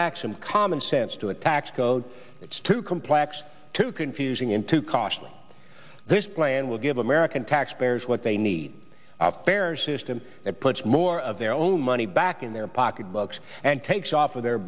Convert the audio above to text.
back some common sense to a tax code it's too complex too confusing in too costly this plan will give american taxpayers what they need a fairer system that puts more of their own money back in their pocketbooks and takes off of their